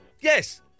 Yes